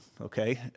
okay